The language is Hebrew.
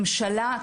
ממשלה,